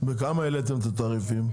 בכמה העליתם את התעריפים?